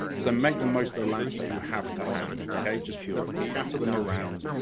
so make the most of the lamps that you have to hand, just scatter them around,